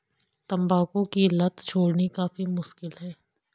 तंबाकू की लत छोड़नी काफी मुश्किल है